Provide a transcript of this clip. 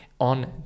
on